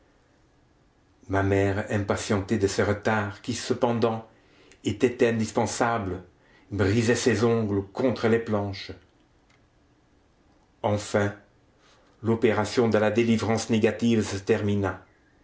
ma mère impatientée de ces retards qui cependant étaient indispensables brisait ses ongles contre les planches enfin l'opération de la délivrance négative se termina